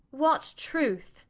what truth?